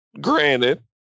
granted